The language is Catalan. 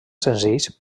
senzills